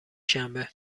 شنبه